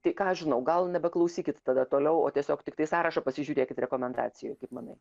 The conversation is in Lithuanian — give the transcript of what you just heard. tai ką aš žinau gal nebeklausykit tada toliau o tiesiog tiktai sąrašą pasižiūrėkit rekomendacijų kaip manai